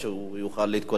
שהוא יוכל להתכונן,